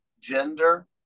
gender